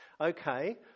okay